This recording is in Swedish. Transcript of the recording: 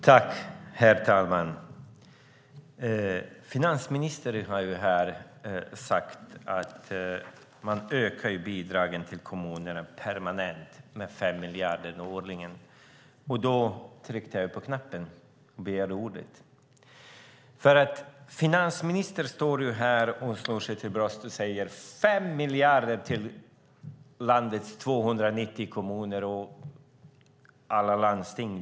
Herr talman! Finansministern har här sagt att man ökar bidragen till kommunerna permanent med 5 miljarder årligen. Då tryckte jag på knappen och begärde ordet. Finansministern står här och slår sig för bröstet och säger: 5 miljarder till landets 290 kommuner och dessutom alla landsting!